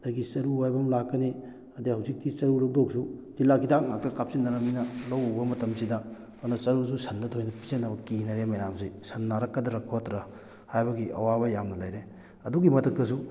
ꯑꯗꯒꯤ ꯆꯔꯨ ꯍꯥꯏꯕ ꯑꯃ ꯂꯥꯛꯀꯅꯤ ꯑꯗꯩ ꯍꯧꯖꯤꯛꯇꯤ ꯆꯔꯨ ꯂꯧꯗꯧꯁꯨ ꯇꯤꯜꯍꯥꯠ ꯍꯤꯗꯥꯛ ꯉꯥꯛꯇ ꯀꯥꯞꯁꯤꯟꯅꯔꯕꯅꯤꯅ ꯂꯧ ꯎꯕ ꯃꯇꯝꯁꯤꯗ ꯑꯗꯨꯅ ꯆꯔꯨꯁꯨ ꯁꯟꯗ ꯊꯣꯏꯅ ꯄꯤꯖꯅꯕ ꯀꯤꯅꯔꯦ ꯃꯌꯥꯝꯁꯤ ꯁꯟ ꯅꯥꯔꯛꯀꯗ꯭ꯔꯥ ꯈꯣꯠꯇ꯭ꯔꯥ ꯍꯥꯏꯕꯒꯤ ꯑꯋꯥꯕ ꯌꯥꯝꯅ ꯂꯩꯔꯦ ꯑꯗꯨꯒꯤ ꯃꯊꯛꯇꯁꯨ